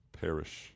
perish